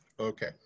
Okay